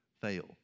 fail